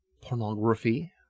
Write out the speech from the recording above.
pornography